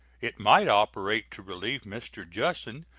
it might operate to relieve mr. jussen,